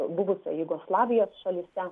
buvusiosj jugoslavijos šalyse